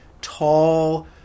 tall